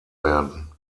werden